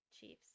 Chiefs